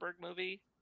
movie